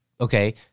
okay